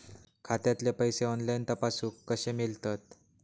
खात्यातले पैसे ऑनलाइन तपासुक कशे मेलतत?